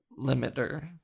limiter